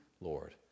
Lord